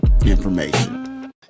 information